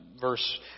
verse